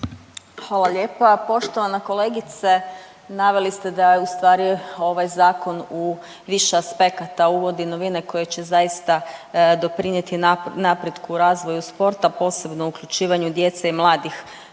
Hvala lijepa poštovana kolegice. Naveli ste da je ustvari ovaj Zakon u više aspekata uvodi novine koje će zaista doprinijeti napretku razvoju sporta, posebno uključivanju djece i mladih